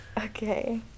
Okay